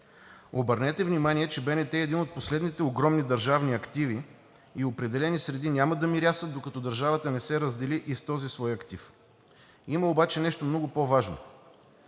Обърнете внимание, че БНТ е един от последните огромни държавни активи и определени среди няма да мирясат, докато държавата не се раздели и с този свой актив. Има обаче нещо много по-важно